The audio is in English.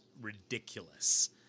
ridiculous